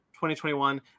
2021